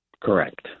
Correct